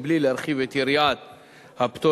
מבלי להרחיב את יריעת הפטורים,